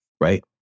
right